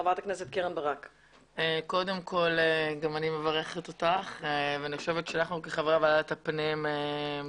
אני חושבת שאנחנו כחברי ועדת הפנים שמחים